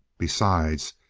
besides,